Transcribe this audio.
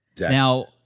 Now